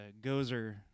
Gozer